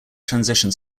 transition